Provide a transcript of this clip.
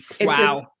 Wow